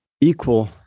equal